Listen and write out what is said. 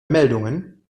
meldungen